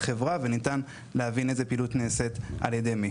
חברה וניתן להבין איזו פעילות נעשית על ידי מי.